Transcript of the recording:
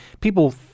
people